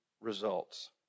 results